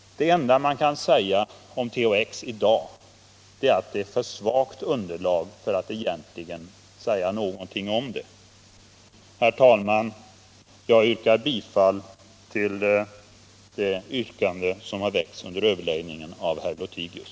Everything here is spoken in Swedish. Det enda man kan säga om THX i dag är att vi har ett alltför svagt underlag för att egentligen kunna uttala oss om detta preparat. Herr talman! Jag hemställer om bifall till det yrkande som under överläggningen framställts av herr Lothigius.